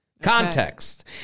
Context